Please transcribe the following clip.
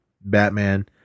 Batman